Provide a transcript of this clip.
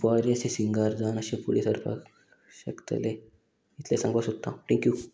बरेशे singer जावन अशे फुडें सरपाक शकतले इतलें सांगपाक सोदता हांव ठँक्यू